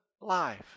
life